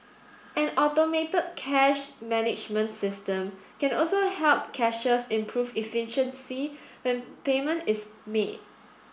an automated cash management system can also help cashiers improve efficiency when payment is made